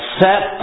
set